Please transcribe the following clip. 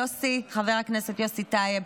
חבר הכנסת יוסי טייב,